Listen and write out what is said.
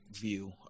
view